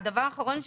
הדבר האחרון,